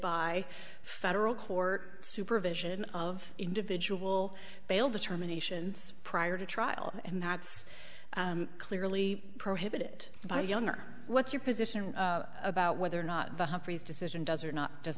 by federal court supervision of individual bail determinations prior to trial and that's clearly prohibited by john or what's your position about whether or not the humphreys decision does or not does